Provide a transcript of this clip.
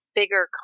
bigger